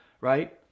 right